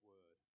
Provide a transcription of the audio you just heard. Word